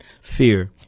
fear